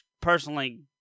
personally